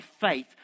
faith